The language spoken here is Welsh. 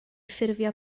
ffurfio